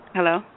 Hello